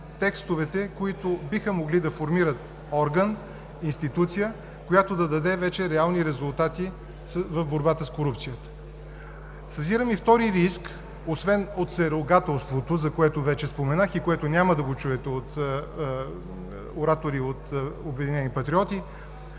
текстовете, които биха могли да формират орган, институция, която да даде вече реални резултати в борбата с корупцията. Съзирам и второ риск, освен от всеругателството, за което вече споменах, и което няма да чуете от оратори от „Обединени патриоти“,